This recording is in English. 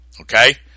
Okay